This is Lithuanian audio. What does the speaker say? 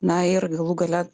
na ir galų gale